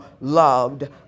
loved